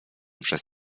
przez